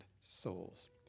souls